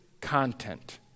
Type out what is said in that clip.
content